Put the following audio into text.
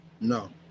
No